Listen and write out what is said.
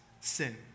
sin